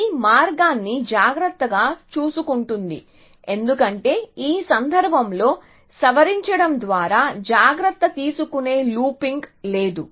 ఇది మార్గాన్ని జాగ్రత్తగా చూసుకుంటుంది ఎందుకంటే ఈ సందర్భంలో సవరించడం ద్వారా జాగ్రత్త తీసుకునే లూపింగ్ లేదు